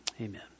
amen